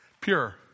pure